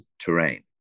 terrain